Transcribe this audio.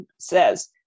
says